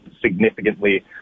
significantly